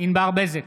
ענבר בזק,